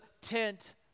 tent